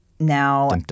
Now